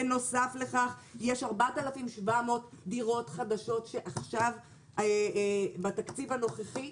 בנוסף לכך יש 4,700 דירות חדשות שעכשיו בתקציב הנוכחי.